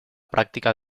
práctica